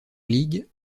league